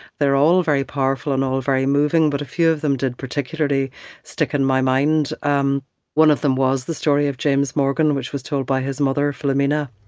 they're all very powerful and all very moving, but a few of them did particularly stick in my mind. um one of them was the story of james morgan, which was told by his mother, philomena